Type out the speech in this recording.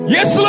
yes